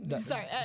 Sorry